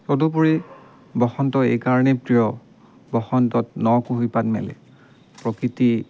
তদুপৰি বসন্ত এইকাৰণে প্ৰিয় বসন্তত ন কুঁহিপাত মেলে প্ৰকৃতি